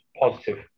Positive